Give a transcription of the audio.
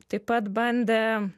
taip pat bandė